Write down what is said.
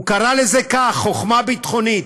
הוא קרא לזה כך, חוכמה ביטחונית.